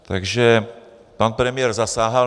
Takže pan premiér zasáhl.